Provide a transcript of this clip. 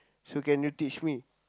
so can you teach me